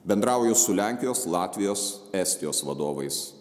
bendrauju su lenkijos latvijos estijos vadovais